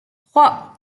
trois